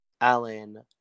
Alan